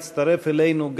יצטרף אלינו,